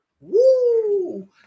Woo